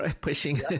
Pushing